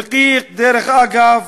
אלקיק, דרך אגב,